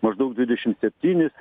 maždaug dvidešim septynis